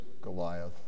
Goliath